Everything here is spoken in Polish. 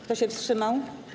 Kto się wstrzymał?